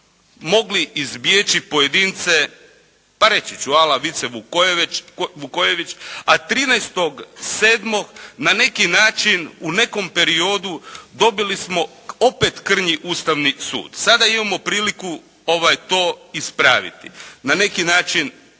mogli izbjeći pojedince pa reći ću ala Vice Vukojević a 13.7. na neki način u nekom periodu dobili smo opet krnji Ustavni sud. Sada imamo priliku to ispraviti. Na neki način